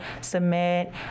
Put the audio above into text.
submit